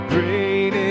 Great